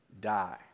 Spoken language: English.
die